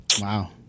wow